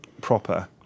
proper